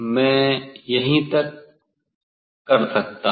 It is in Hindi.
मैं यहीं तक कर सकता हूँ